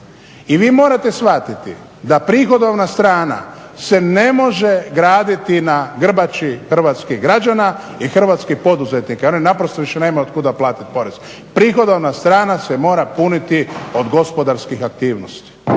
I vi morate shvatiti da prihodovna strana se ne može graditi na grbači hrvatskih građana i hrvatskih poduzetnika. Jer oni naprosto više nemaju od kuda platiti porez. Prihodovna strana se mora puniti od gospodarskih aktivnosti.